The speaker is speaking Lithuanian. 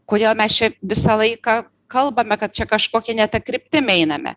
kodėl mes čia visą laiką kalbame kad čia kažkokia ne ta kryptim einame